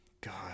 God